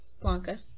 Blanca